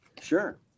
Sure